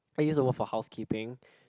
I used to work for housekeeping